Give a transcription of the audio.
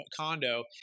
condo